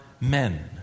men